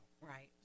Right